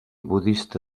budista